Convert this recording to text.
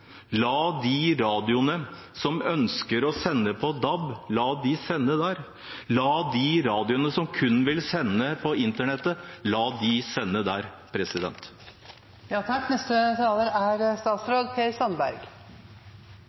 La de radioene som ønsker å sende på DAB, sende der. La de radioene som kun vil sende på internettet, sende der.